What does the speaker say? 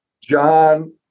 John